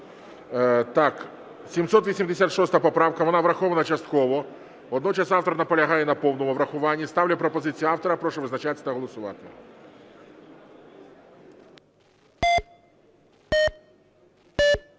786 поправка. Вона врахована частково. Водночас автор наполягає на повному врахуванні. Ставлю пропозицію автора. Прошу визначатись та голосувати.